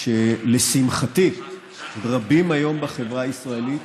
שלשמחתי רבים היום בחברה הישראלית